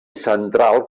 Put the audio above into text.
central